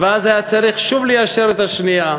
ואז היה צריך שוב ליישר את השנייה,